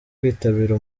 kwitabira